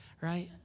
right